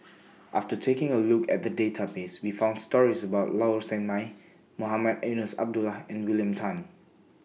after taking A Look At The Database We found stories about Low Sanmay Mohamed Eunos Abdullah and William Tan